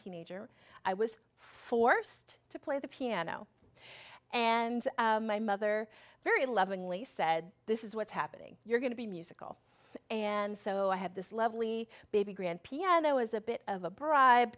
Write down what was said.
teenager i was forced to play the piano and my mother very lovingly said this is what's happening you're going to be musical and so i have this level e baby grand piano is a bit of a bribe